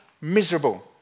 Miserable